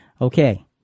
Okay